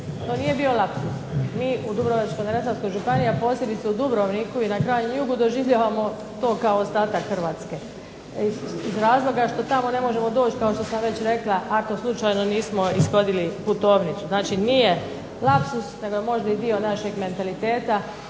To nije bio lapsus. Mi u Dubrovačko-neretvanskoj županiji, a posebice u Dubrovniku i na krajnjem jugu doživljavamo to kao ostatak Hrvatske iz razloga što tamo ne možemo doći kao što sam već rekla ako slučajno nismo ishodili putovnicu. Znači, nije lapsus nego možda i dio našeg mentaliteta